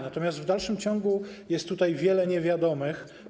Natomiast w dalszym ciągu jest tutaj wiele niewiadomych.